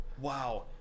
wow